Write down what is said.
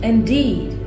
Indeed